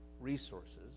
resources